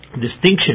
distinction